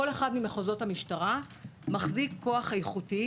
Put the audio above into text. כל אחד ממחוזות המשטרה מחזיק כוח איכותי